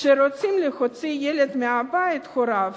כשרוצים להוציא ילד מבית הוריו,